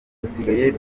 dusigaye